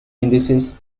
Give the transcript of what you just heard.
índices